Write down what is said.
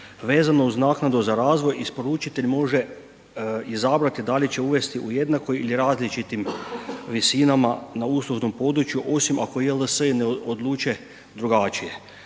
vezano uz naknadu za razvoj, isporučitelj može izabrati da li će uvesti u jednakim ili različitim visinama na uslužnom području osim ako JLS-i ne odluče drugačije,